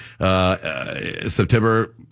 September